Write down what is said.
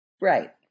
Right